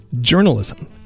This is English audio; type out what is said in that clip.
journalism